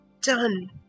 done